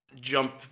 jump